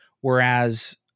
whereas